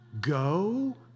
Go